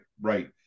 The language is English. right